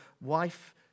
wife